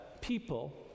people